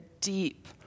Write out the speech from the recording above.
deep